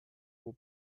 will